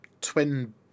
twin